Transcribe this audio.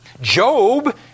Job